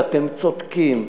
ואתם צודקים.